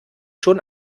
schon